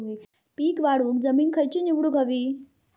पीक वाढवूक जमीन खैची निवडुक हवी?